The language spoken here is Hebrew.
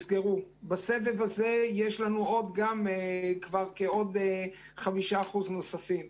בסבב הזה יש לנו עוד חמישה אחוז נוספים.